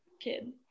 kid